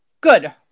Good